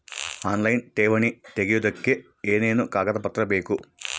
Online ಠೇವಣಿ ತೆಗಿಯೋದಕ್ಕೆ ಏನೇನು ಕಾಗದಪತ್ರ ಬೇಕು?